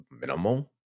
minimal